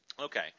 Okay